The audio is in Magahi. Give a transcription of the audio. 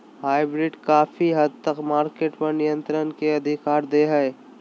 हाइब्रिड काफी हद तक मार्केट पर नियन्त्रण के अधिकार दे हय